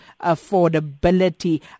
affordability